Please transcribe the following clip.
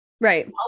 right